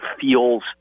feels